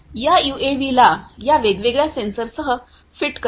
या यूएव्हीला या वेगवेगळ्या सेन्सरसह फिट करा